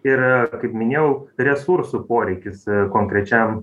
ir kaip minėjau resursų poreikis konkrečiam